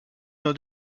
d’un